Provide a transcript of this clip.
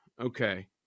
Okay